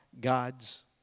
God's